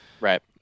right